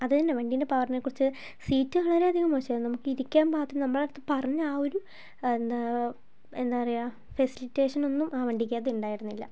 അതുതന്നെ വണ്ടീൻ്റെ പവറിനെക്കുറിച്ച് സീറ്റ് വളരേയധികം മോശമായിരുന്നു നമുക്ക് ഇരിക്കാൻ പാകത്തിനു നമ്മളടുത്ത് പറഞ്ഞ ആ ഒരു എന്താ എന്താ പറയുക ഫെസിലിറ്റേഷനൊന്നും ആ വണ്ടിക്കകത്ത് ഉണ്ടായിരുന്നില്ല